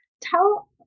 Tell